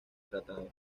tratado